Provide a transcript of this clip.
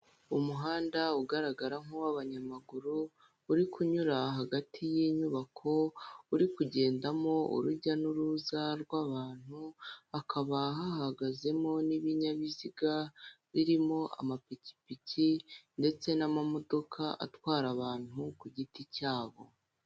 Umuhanda ugaragara nk'uw'abanyamaguru, uri kunyura hagati y'inyubako, uri kugendamo urrujya n'uruza rw'abantu, hakaba hahagazemo n'ibinyabiziga birimo amapikipiki ndetse n'amamodoka atwara abantu ku giti cyabo.